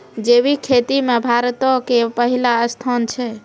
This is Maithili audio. जैविक खेती मे भारतो के पहिला स्थान छै